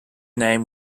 name